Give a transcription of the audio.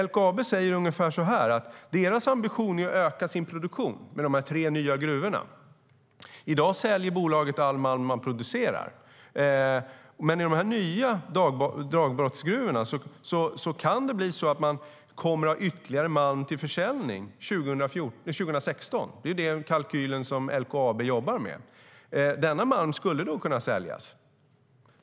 LKAB säger ungefär att deras ambition är att öka sin produktion med de tre nya gruvorna.I dag säljer bolaget all malm de producerar. Men med de nya dagbrottsgruvorna kan de komma att ha ytterligare malm till försäljning 2016. Det är den kalkylen LKAB jobbar med. Den malmen skulle kunna säljas.